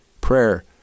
Prayer